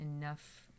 enough